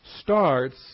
starts